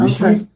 Okay